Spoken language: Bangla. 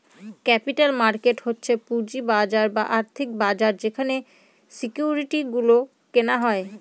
ক্যাপিটাল মার্কেট হচ্ছে পুঁজির বাজার বা আর্থিক বাজার যেখানে সিকিউরিটি গুলো কেনা হয়